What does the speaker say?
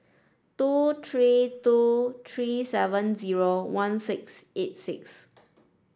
two three two three seven zero one six eight six